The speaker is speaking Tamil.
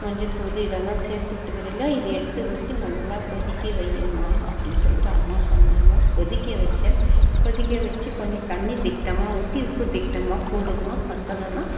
மஞ்சத்தூல் இதெல்லாம் சேத்துக்கிட்டுருக்கில இதை எடுத்து ஊற்றி நல்லா கொதிக்க வைம்மா அப்படினு சொல்லிட்டு அம்மா சொன்னாங்க கொதிக்க வச்சேன் கொதிக்க வச்சு கொஞ்சம் தண்ணிர் திட்டமாக ஊற்றி உப்பு திட்டமாக போடும்மா பத்தலன்னா